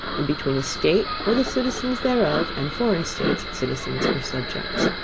and between a state, or the citizens thereof, and foreign states, citizens or subjects.